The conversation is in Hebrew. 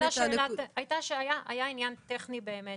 היה עניין טכני באמת